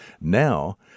Now